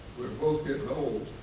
we're both getting old,